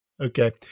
Okay